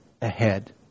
ahead